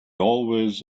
always